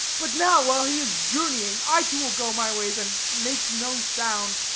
but now, while he is journeying, i too will go my ways and make no sound.